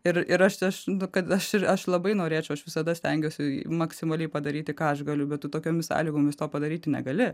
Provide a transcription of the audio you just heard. ir ir aš aš kad aš ir aš labai norėčiau aš visada stengiuosi maksimaliai padaryti ką aš galiu bet tu tokiomis sąlygomis to padaryti negali